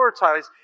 prioritize